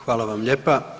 Hvala vam lijepa.